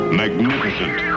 magnificent